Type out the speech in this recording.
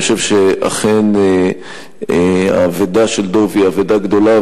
אני חושב שאכן האבדה היא אבדה גדולה,